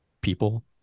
people